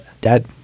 Dad